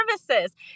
services